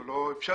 הוא לא אפשרי,